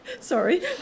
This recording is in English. Sorry